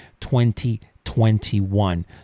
2021